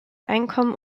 einkommen